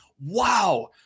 Wow